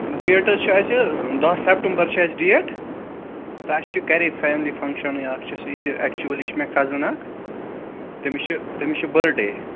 date حظ چھُ اَسہِ حظ دَہ سٮ۪پٹَمبَر چھِ اَسہِ ڈیٹ تہٕ اَسہِ چھُ گرے فیملی فنٛگشنٕے اَکھ چھُ سُہ چھُ اٮ۪کچُؤلی چھُ مےٚ کَزٕن اَکھ تٔمِس چھِ تٔمِس چھِ بٔرڈے